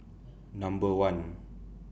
Number one